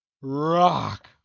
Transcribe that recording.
rock